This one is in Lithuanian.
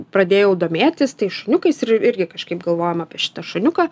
pradėjau domėtis tais šuniukais ir irgi kažkaip galvojom apie šitą šuniuką